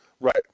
Right